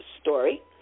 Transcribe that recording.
story